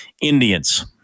Indians